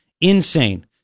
Insane